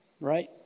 Right